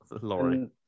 lorry